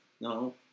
No